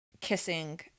kissing